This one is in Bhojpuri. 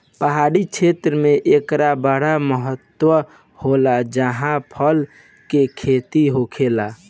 पहाड़ी क्षेत्र मे एकर बड़ महत्त्व होला जाहा फल के खेती होखेला